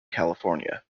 california